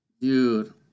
Dude